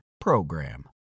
PROGRAM